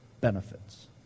benefits